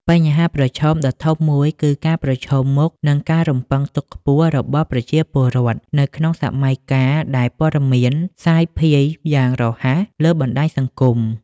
បញ្ហាប្រឈមដ៏ធំមួយគឺការប្រឈមមុខនឹងការរំពឹងទុកខ្ពស់របស់ប្រជាពលរដ្ឋ នៅក្នុងសម័យកាលដែលព័ត៌មានសាយភាយយ៉ាងរហ័សលើបណ្តាញសង្គម។